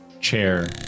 chair